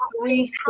three